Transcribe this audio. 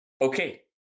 okay